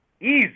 easy